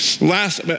last